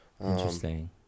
Interesting